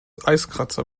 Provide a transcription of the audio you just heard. eiskratzer